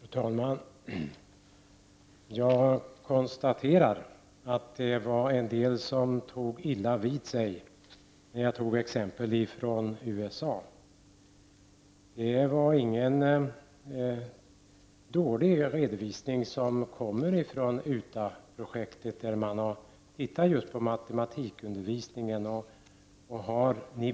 Fru talman! Jag konstaterar att det var en del som tog illa vid sig när jag tog exempel från USA. Det är ingen dålig redovisning som kommer från Utahprojektet där man tittat närmare på just matematikundervisningen.